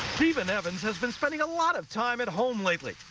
stephen evans has been spending lot of time at home. like like